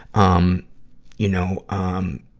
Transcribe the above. um you know, um,